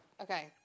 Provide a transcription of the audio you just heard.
Okay